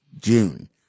June